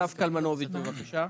אסף קלמנוביץ', בבקשה.